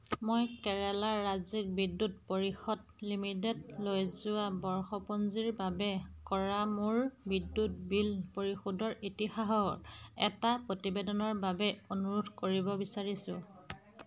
মই কেৰালাৰ ৰাজ্যিক বিদ্যুৎ পৰিষদ লিমিটেডলৈ যোৱা বৰ্ষপঞ্জীৰ বাবে কৰা মোৰ বিদ্যুৎ বিল পৰিশোধৰ ইতিহাসৰ এটা প্ৰতিবেদনৰ বাবে অনুৰোধ কৰিব বিচাৰিছোঁ